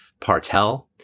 Partel